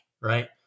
right